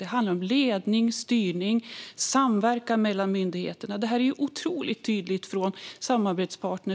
Det handlar om ledning, styrning och samverkan mellan myndigheterna. Detta uttrycks otroligt tydligt från samarbetspartner.